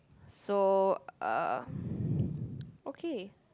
so uh okay